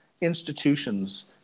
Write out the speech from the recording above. institutions